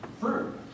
fruit